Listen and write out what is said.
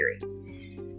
theory